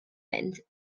mynd